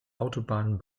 autobahn